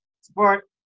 support